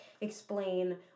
explain